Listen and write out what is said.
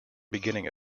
beginning